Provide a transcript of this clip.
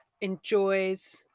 enjoys